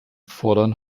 fordern